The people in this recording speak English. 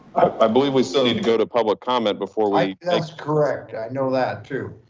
i believe we still need to go to public comment before we that's correct, i know that too,